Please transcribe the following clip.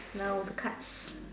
now the cards